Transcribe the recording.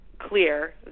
clear